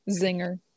zinger